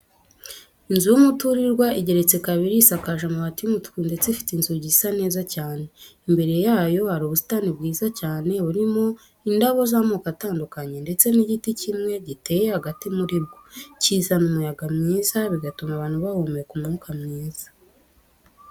Inzu y'umuturirwa igeretse kabiri, isakaje amabati y'umutuku ndetse ifite inzugi zisa neza cyane, imbere yayo hari ubusitani bwiza cyane burimo indabo z'amako atandukanye ndetse n'igiti kimwe giteye hagati muri bwo kizana umuyaga mwiza, bigatuma abantu bahumeka umwuka mwiza.